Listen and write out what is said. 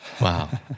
Wow